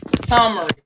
summary